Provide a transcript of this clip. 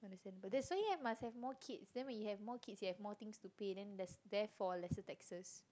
that's why you must have more kids then when you have more kids you have more things to pay then that's therefore lesser taxes